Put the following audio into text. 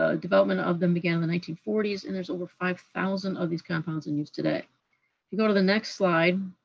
ah development of them began the nineteen forty s, and there's over five thousand of these compounds in use today. if you go to the next slide,